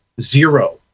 Zero